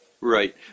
Right